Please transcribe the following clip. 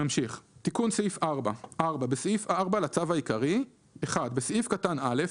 "תיקון סעיף 4 4. בסעיף 4 לצו העיקרי - בסעיף קטן (א),